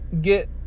get